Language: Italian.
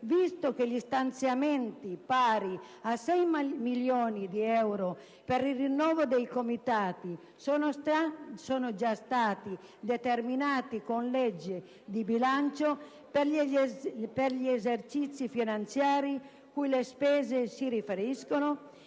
visto che gli stanziamenti (pari a 6 milioni di euro) per il rinnovo dei Comitati sono stati già determinati con legge di bilancio per gli esercizi finanziari cui le spese si riferiscono?